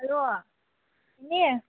hello ꯏꯅꯦ